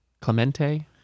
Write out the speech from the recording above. Clemente